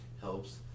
helps